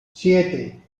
siete